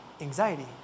anxiety